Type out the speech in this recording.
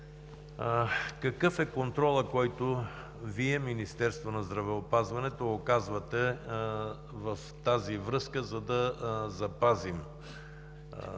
какъв е контролът, който Вие – Министерството на здравеопазването, оказвате в тази връзка, за да запазим